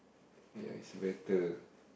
ya it's better